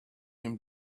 him